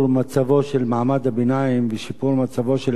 מעמד הביניים ושיפור מצבו של האדם העובד,